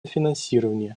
финансирование